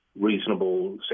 reasonable